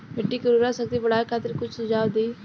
मिट्टी के उर्वरा शक्ति बढ़ावे खातिर कुछ सुझाव दी?